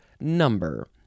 number